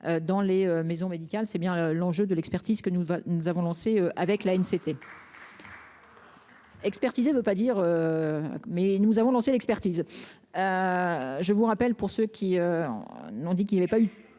dans les maisons médicales. C'est bien l'enjeu de l'expertise que nous, nous avons lancé avec la une c'était. Expertisée ne veut pas dire. Mais nous avons lancé l'expertise. Je vous rappelle pour ceux qui. N'ont dit qu'il y avait pas eu